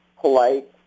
Polite